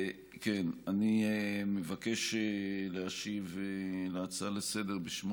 אני מבקש להשיב על ההצעה לסדר-היום בשמו